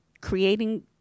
creating